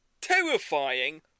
terrifying